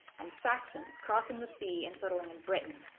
and saxons crossing the sea and settling in britain.